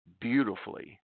beautifully